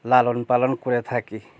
লালন পালন করে থাকি